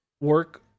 work